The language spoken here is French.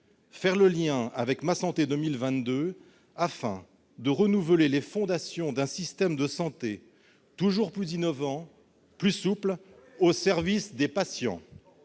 faire le lien avec Ma santé 2022, afin de renouveler les fondations d'un système de santé toujours plus innovant et plus souple, au service des patients.